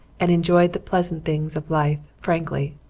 and enjoyed the pleasant things of life frankly.